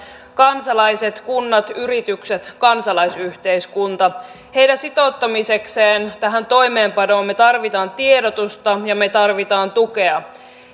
kansalaiset kunnat yritykset kansalaisyhteiskunta heidän sitouttamisekseen tähän toimeenpanoon me tarvitsemme tiedotusta ja me tarvitsemme tukea